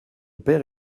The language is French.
père